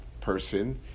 person